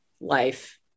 life